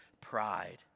pride